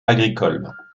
agricole